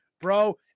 Bro